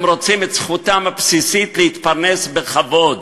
הם רוצים את זכותם הבסיסית להתפרנס בכבוד.